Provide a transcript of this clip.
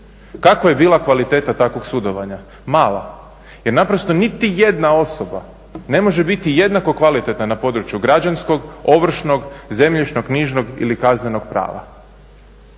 Kakva je bila kvaliteta takvog sudovanja? Mala. Jer naprosto nitijedna osoba ne može biti jednako kvalitetna na području građanskog, ovršnog, zemljišno-knjižnog ili kaznenog prava.